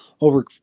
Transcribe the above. over